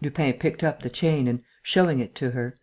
lupin picked up the chain and, showing it to her